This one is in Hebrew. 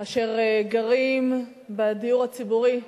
אשר גרים בדיור הציבורי.